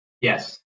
Yes